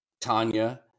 Tanya